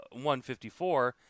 154